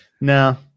no